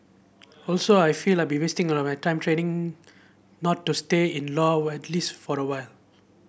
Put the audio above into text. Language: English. also I feel I'd be wasting of my time training not to stay in law widely for a while